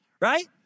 right